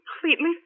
Completely